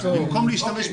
במקום להשתמש בקניונים,